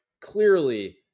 clearly